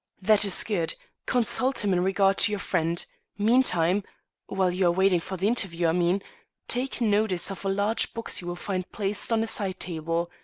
that is good consult him in regard to your friend meantime while you are waiting for the interview, i mean take notice of a large box you will find placed on a side-table.